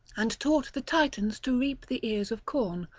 and taught the titans to reap the ears of corn,